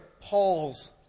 paul's